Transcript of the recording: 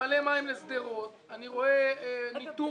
מי נמנע?